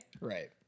Right